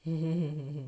mm mm